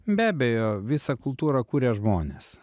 be abejo visą kultūrą kuria žmonės